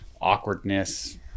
awkwardness